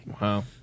Wow